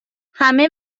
همه